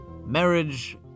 marriage